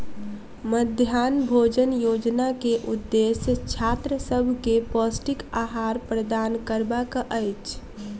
मध्याह्न भोजन योजना के उदेश्य छात्र सभ के पौष्टिक आहार प्रदान करबाक अछि